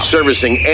Servicing